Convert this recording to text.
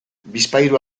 bizpahiru